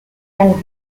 and